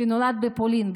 שנולד בפולין,